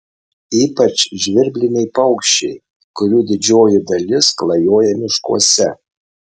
ypač žvirbliniai paukščiai kurių didžioji dalis klajoja miškuose